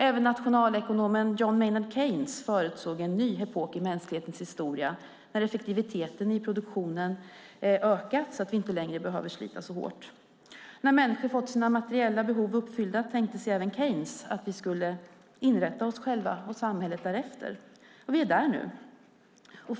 Även nationalekonomen John Maynard Keynes förutsåg en ny epok i mänsklighetens historia när effektiviteten i produktionen ökat så att vi inte längre behöver slita så hårt. När människor fått sina materiella behov uppfyllda tänkte sig även Keynes att vi skulle inrätta oss själva och samhället därefter. Vi är där nu.